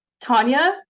Tanya